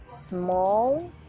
small